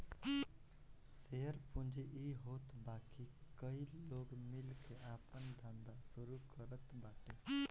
share पूंजी इ होत बाकी कई लोग मिल के आपन धंधा शुरू करत बाटे